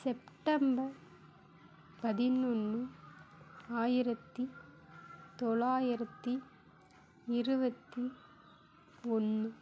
September பதினொன்று ஆயிரத்தி தொள்ளாயிரத்தி இருபத்தி ஒன்று